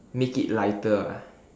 make it lighter ah